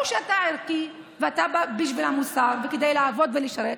או שאתה ערכי ואתה בא בשביל המוסר וכדי לעבוד ולשרת,